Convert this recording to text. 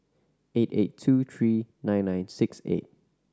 eight eight two three nine nine six eight